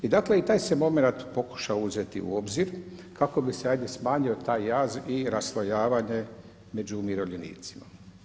I dakle i taj se moment pokušao uzeti u obzir kako bi se hajde smanjio taj jaz i raslojavanje među umirovljenicima.